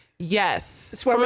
Yes